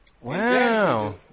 Wow